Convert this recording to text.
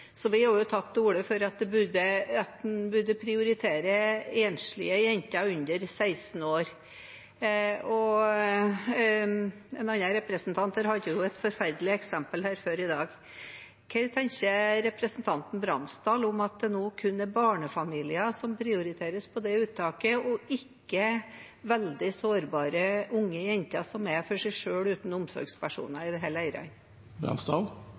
annen representant hadde et forferdelig eksempel her før i dag. Hva tenker representanten Bransdal om at det nå kun er barnefamilier som prioriteres i det uttaket, og ikke veldig sårbare unge jenter som er for seg selv, uten omsorgspersoner, i